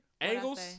Angles